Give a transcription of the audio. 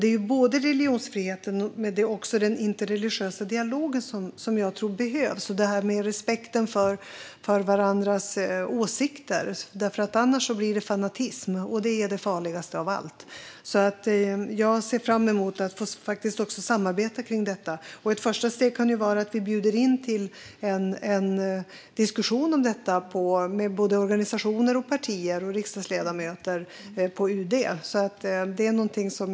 Det handlar om religionsfrihet men också om att det behövs en interreligiös dialog. Vi måste respektera varandras åsikter. Annars blir det fanatism, och det är det farligaste av allt. Jag ser fram emot ett samarbete, och ett första steg kan vara att UD bjuder in organisationer, partier och riksdagsledamöter till en diskussion om detta.